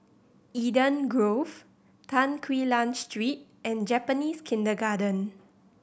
Eden Grove Tan Quee Lan Street and Japanese Kindergarten